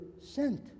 sent